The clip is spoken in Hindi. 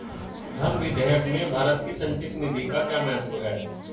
धन विधेयक में भारत की संचित निधि का क्या महत्व है?